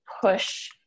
push